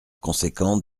conséquent